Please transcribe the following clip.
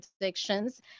predictions